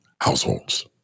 households